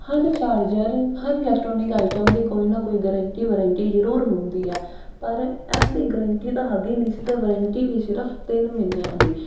ਹਰ charger ਹਰ electronic item ਦੀ ਕੋਈ ਨਾ ਕੋਈ ਗਰੰਟੀ ਵਾਰੰਟੀ ਜ਼ਰੂਰ ਹੁੰਦੀ ਹੈ ਪਰ ਇਹਦੀ ਦੀ ਗਰੰਟੀ ਤਾਂ ਹੈਗੀ ਨਹੀਂ ਸੀ ਅਤੇ ਵਾਰੰਟੀ ਵੀ ਸਿਰਫ ਤਿੰਨ ਮਹੀਨਿਆਂ ਦੀ